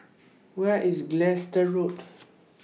Where IS Gilstead Road